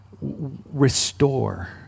restore